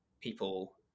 People